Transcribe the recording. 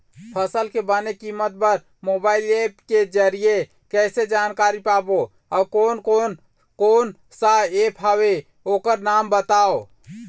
फसल के बने कीमत बर मोबाइल ऐप के जरिए कैसे जानकारी पाबो अउ कोन कौन कोन सा ऐप हवे ओकर नाम बताव?